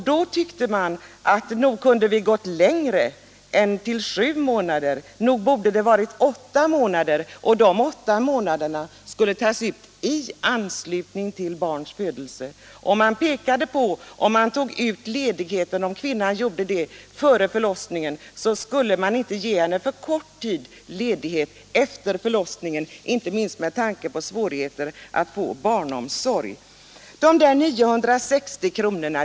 Då tyckte man att vi kunde ha gått längre än till sju månader. Det borde ha varit åtta månader, och dessa skulle tas ut i anslutning till barnets födelse. Man undrade om vi inte, då kvinnan tog ut ledigheten före förlossningen, skulle ge henne alltför kort tids ledighet efter förlossningen, inte minst med tanke på svårigheten att få barnomsorg. Gäller inte det i dag?